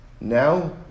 Now